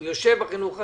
הוא יושב בחינוך העצמאי,